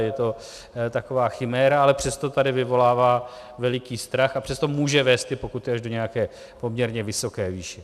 Je to taková chiméra, ale přesto tady vyvolává veliký strach a přesto může vést ty pokuty až do nějaké poměrně vysoké výše.